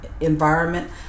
environment